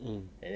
mm